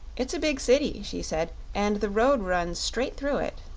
it's a big city, she said, and the road runs straight through it.